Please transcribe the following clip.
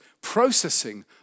processing